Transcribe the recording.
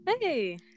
hey